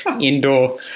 indoor